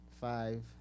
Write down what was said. five